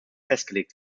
festgelegt